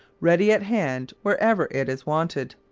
ready at hand wherever it is wanted.